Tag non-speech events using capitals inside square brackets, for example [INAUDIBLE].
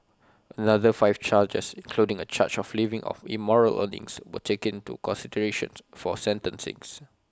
another five charges including A charge of living off immoral earnings were taken into consideration [UNINTELLIGIBLE] for sentencings